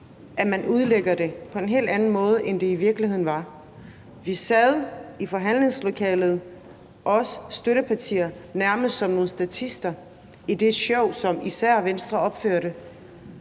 at man udlægger det på en helt anden måde, end hvordan det i virkeligheden var. Vi sad i forhandlingslokalet, os støttepartier, nærmest som nogle statister i det show, som især Venstre opførte,